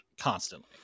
constantly